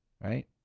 Right